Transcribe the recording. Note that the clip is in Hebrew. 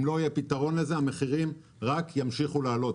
אם לא יהיה פתרון לזה המחירים רק ימשיכו לעלות.